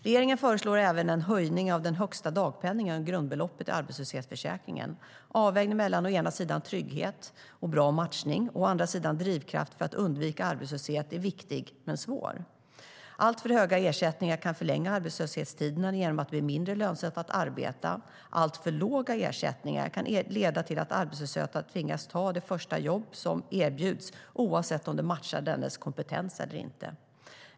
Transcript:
Regeringen föreslår även en höjning av den högsta dagpenningen och grundbeloppet i arbetslöshetsförsäkringen. Avvägningen mellan å ena sidan trygghet och bra matchning och å andra sidan drivkrafter för att undvika arbetslöshet är viktig men svår. Alltför höga ersättningar kan förlänga arbetslöshetstiderna genom att det blir mindre lönsamt att arbeta. Alltför låga ersättningar kan leda till att arbetslösa tvingas ta det första jobb som erbjuds oavsett om det matchar dennes kompetens eller inte.